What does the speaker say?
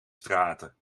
straten